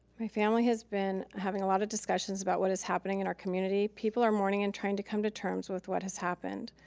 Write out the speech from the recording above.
my family has been having a lot of discussions about what is happening in our community. people are mourning and trying to come to terms with what has happened.